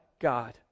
God